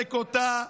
נחזק אותה,